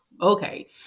Okay